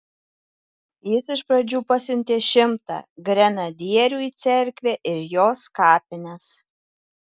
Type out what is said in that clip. jis iš pradžių pasiuntė šimtą grenadierių į cerkvę ir jos kapines